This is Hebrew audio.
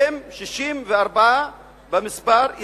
64 במספר,